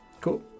cool